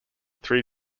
three